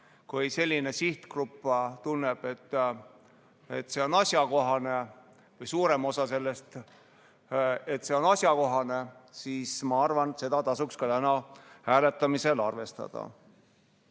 kui selline sihtgrupp tunneb, et eelnõu on asjakohane või suurema osa sellest on asjakohane, siis ma arvan, et seda tasub täna hääletamisel arvestada. Nüüd